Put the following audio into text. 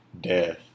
death